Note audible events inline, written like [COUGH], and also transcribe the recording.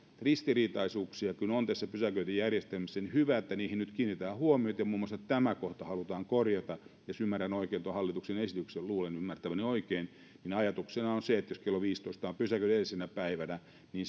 ristiriitaisuuksia kun on tässä pysäköintijärjestelmässä niin on hyvä että niihin nyt kiinnitetään huomiota ja muun muassa tämä kohta halutaan korjata jos ymmärrän oikein tuon hallituksen esityksen luulen ymmärtäväni oikein niin ajatuksena on se että jos kello viisitoista on pysäköinyt edellisenä päivänä niin [UNINTELLIGIBLE]